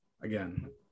again